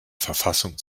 verfassung